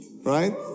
right